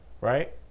Right